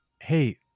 Hey